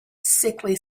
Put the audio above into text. sickly